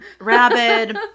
rabid